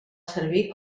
servir